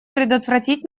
предотвратить